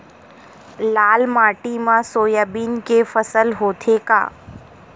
लाल माटी मा सोयाबीन के फसल होथे का?